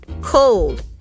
cold